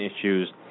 issues